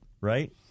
Right